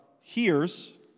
hears